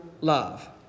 love